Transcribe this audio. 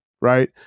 right